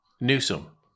Newsom